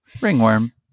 Ringworm